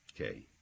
Okay